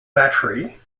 battery